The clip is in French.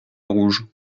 rouge